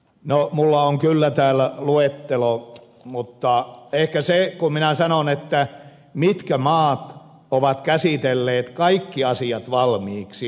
no minulla on kyllä täällä luettelo mutta ehkä se riittää kun minä sanon mitkä maat ovat käsitelleet kaikki asiat valmiiksi